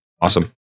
Awesome